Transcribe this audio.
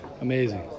amazing